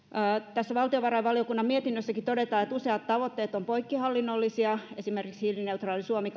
tässä valtiovarainvaliokunnan mietinnössäkin todetaan että useat tavoitteet ovat poikkihallinnollisia esimerkiksi hiilineutraali suomi